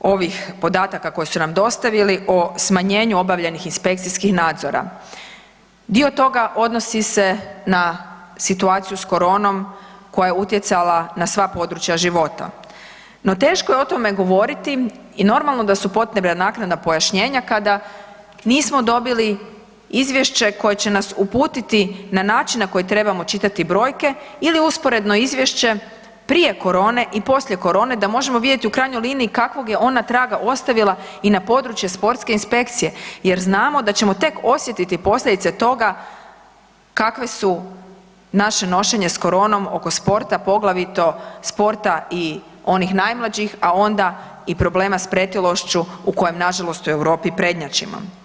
ovih podataka koje su nam dostavili o smanjenju obavljenih inspekcijskih nadzora, dio toga odnosi se na situaciju s koronom koja je utjecala na sva područja života, no teško je o tome govoriti i normalno da su potrebna naknadna pojašnjenja kada nismo dobili izvješće koje će nas uputiti na način na koji trebamo čitati brojke ili usporedno izvješće prije korone i poslije korone da možemo vidjeti u krajnjoj liniji kakvog je ona traga ostavila i na područje sportske inspekcije jer znamo da ćemo tek osjetiti posljedice toga kakve su naše nošenje s koronom oko sporta, poglavito sporta i onih najmlađih, a onda i problema s pretilošću u kojem nažalost u Europi prednjačimo.